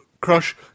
crush